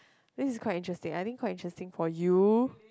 this is quite interesting I think quite interesting for you